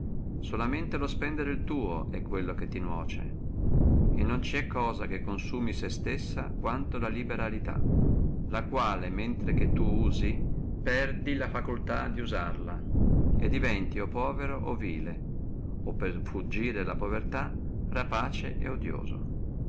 solamente lo spendere el tuo è quello che ti nuoce e non ci è cosa che consumi sé stessa quanto la liberalità la quale mentre che tu usi perdi la facultà di usarla e diventi o povero e contennendo o per fuggire la povertà rapace et odioso